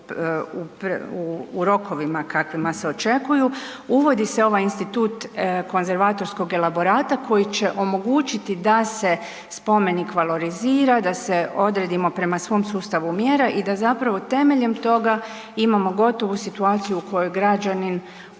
u rokovima kakvima se očekuju, uvodi se ovaj institut konzervatorskog elaborata koji će omogućiti da se spomenik valorizira, da se odredimo prema svom sustavu mjera i da zapravo temeljem toga imamo gotovu situaciju u kojoj građanin